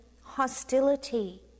hostility